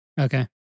Okay